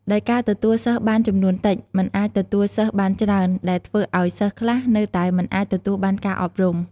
ដោយការទទួលសិស្សបានចំនួនតិច មិនអាចទទួលសិស្សបានច្រើន ដែលធ្វើឱ្យសិស្សខ្លះនៅតែមិនអាចទទួលបានការអប់រំ។